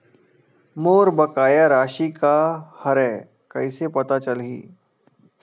मोर बकाया राशि का हरय कइसे पता चलहि?